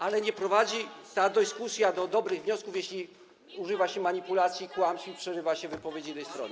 Ale nie prowadzi ta dyskusja do dobrych wniosków, jeżeli używa się manipulacji, kłamstw i przerywa się wypowiedzi innej strony.